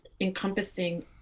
encompassing